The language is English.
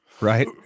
Right